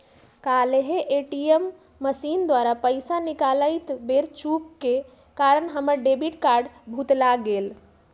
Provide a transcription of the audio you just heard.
काल्हे ATM machine द्वारा पइसा निकालइत बेर चूक के कारण हमर डेबिट कार्ड भुतला गेल